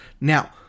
now